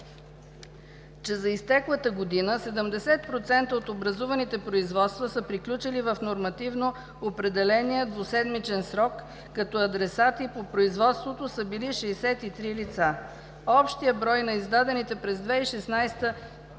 че за изтеклата година 70 % от образуваните производства са приключили в нормативно определения двуседмичен срок, като адресати по производството са били 63 лица. Общият брой на издадените през 2016